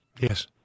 Yes